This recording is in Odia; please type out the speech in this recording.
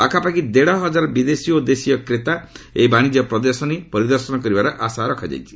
ପାଖାପାଖି ଦେତ୍ ହଜାର ବିଦେଶୀ ଓ ଦେଶୀୟ କ୍ରେତା ଏହି ବାଣିଜ୍ୟ ପ୍ରଦର୍ଶନୀ ପରିଦର୍ଶନ କରିବାର ଆଶା ରଖାଯାଇଛି